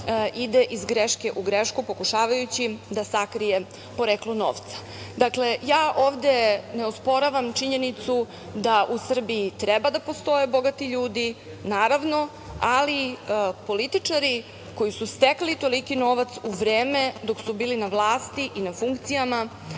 ide iz greške u grešku pokušavajući da sakrije poreklo novca. Dakle, ovde ne osporavam činjenicu da u Srbiji treba da postoje bogati ljudi, naravno, ali političari koji su stekli toliki novac u vreme dok su bili na vlasti i na funkcijama